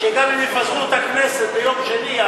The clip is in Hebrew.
וגם אם יפזרו את הכנסת ביום שני,